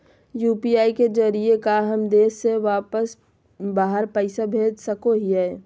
UPI के जरिए का हम देश से बाहर पैसा भेज सको हियय?